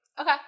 Okay